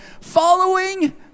Following